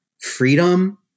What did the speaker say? freedom